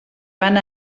van